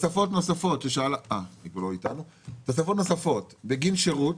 תוספות נוספות בגין שירות,